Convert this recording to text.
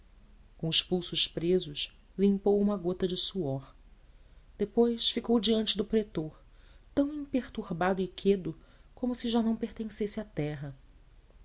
com os pulsos presos limpou uma gota de suor depois ficou diante do pretor tão imperturbado e quedo como se já não pertencesse a terra